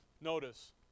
Notice